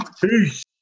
Peace